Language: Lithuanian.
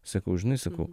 sakau žinai sakau